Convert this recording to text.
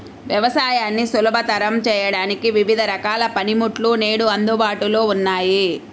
వ్యవసాయాన్ని సులభతరం చేయడానికి వివిధ రకాల పనిముట్లు నేడు అందుబాటులో ఉన్నాయి